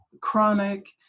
chronic